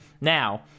Now